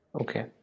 okay